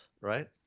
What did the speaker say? right